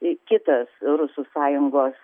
kitas rusų sąjungos